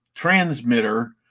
transmitter